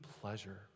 pleasure